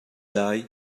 lai